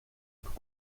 peut